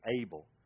able